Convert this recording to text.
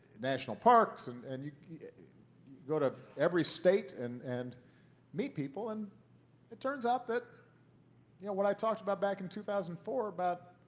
national parks, and and yeah go to every state and and meet people. and it turns out that yeah what i talked about back in two thousand and four about